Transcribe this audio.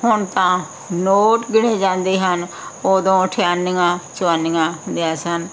ਹੁਣ ਤਾਂ ਨੋਟ ਗਿਣੇ ਜਾਂਦੇ ਹਨ ਉਦੋਂ ਅਠਿਆਨੀਆਂ ਚੁਆਨੀਆਂ ਹੁੰਦੀਆਂ ਸਨ ਉਦੋਂ